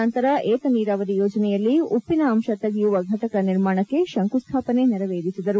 ನಂತರ ಏತ ನೀರಾವರಿ ಯೋಜನೆಯಲ್ಲಿ ಉಪ್ಪನ ಅಂತ ತೆಗೆಯುವ ಘಟಕ ನಿರ್ಮಾಣಕ್ಕೆ ಶಂಕುಸ್ಟಾಪನೆ ನೆರವೇರಿಸಿದರು